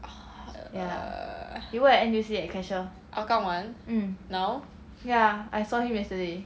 err hougang [one] now